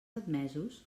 admesos